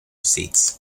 seats